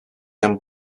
and